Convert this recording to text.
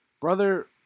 Brother